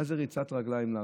מה זה ריצת רגליים להרע?